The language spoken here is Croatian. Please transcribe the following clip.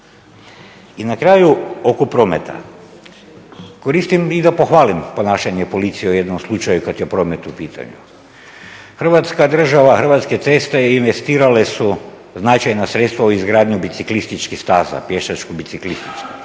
I na kraju oko prometa. Koristim i da pohvalim ponašanje policije o jednom slučaju kada je promet u pitanju. Hrvatska država, Hrvatske ceste investirale su značajna sredstva u izgradnju biciklističkih staza, pješačko-biciklističkih,